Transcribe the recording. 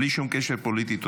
בלי שום קשר פוליטי.